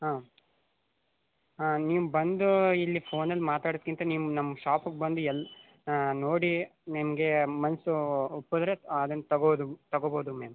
ಹಾಂ ಹಾಂ ನೀವು ಬಂದು ಇಲ್ಲಿ ಫೋನಲ್ಲಿ ಮಾತಾಡೋದ್ಕಿಂತ ನೀವು ನಮ್ಮ ಶಾಪಗೆ ಬಂದು ಎಲ್ಲಿ ನೋಡಿ ನಿಮಗೆ ಮನಸ್ಸು ಒಪ್ಪಿದ್ರೆ ಅದನ್ನ ತಗೋದು ತಗೋಬೋದು ಮ್ಯಾಮ್